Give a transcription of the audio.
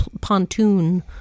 pontoon